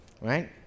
Right